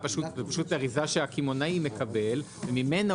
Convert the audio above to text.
והחקלאים כבר מתמוטטים.